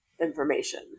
information